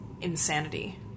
insanity